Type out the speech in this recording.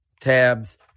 tabs